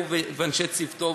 הוא ואנשי צוותו,